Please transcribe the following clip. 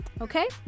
Okay